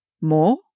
more